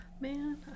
man